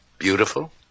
beautiful